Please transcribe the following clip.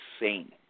insane